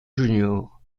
junior